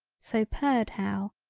so purred how.